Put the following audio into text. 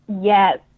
Yes